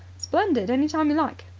splendid. any time you like.